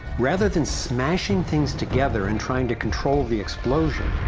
rather than smashing things together and trying to control the explosion,